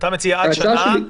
אתה מציע עד שנה,